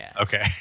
Okay